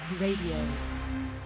Radio